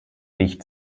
dicht